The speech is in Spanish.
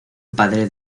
padre